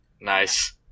Nice